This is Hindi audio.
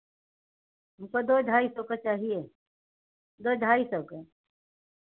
हमको दो ढाई सौ का चाहिए दो ढाई सौ का